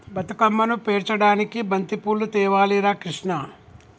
బతుకమ్మను పేర్చడానికి బంతిపూలు తేవాలి రా కిష్ణ